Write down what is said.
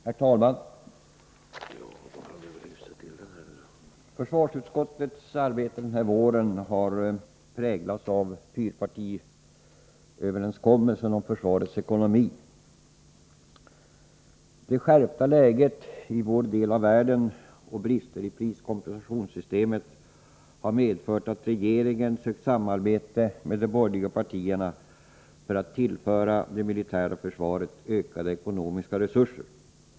Herr talman! Försvarsutskottets arbete denna vår har präglats av fyrpartiöverenskommelsen om försvarets ekonomi. Det skärpta läget i vår del av världen och brister i priskompensationssystemet har medfört att regeringen sökt samarbete med de borgerliga partierna för att tillföra det militära försvaret ökade ekonomiska resurser.